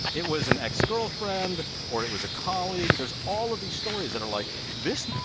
it was an ex-girlfriend or it was a colleague. there's all of these stories that are like this